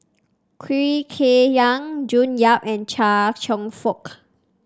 Khoo Kay Hian June Yap and Chia Cheong Fook